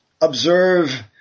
observe